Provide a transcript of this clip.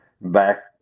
back